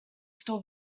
still